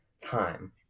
time